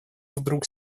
вдруг